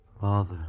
Father